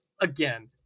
again